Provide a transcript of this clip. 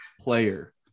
player